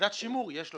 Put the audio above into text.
בוועדת השימור יש לו.